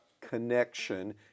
connection